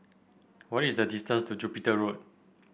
what is the distance to Jupiter Road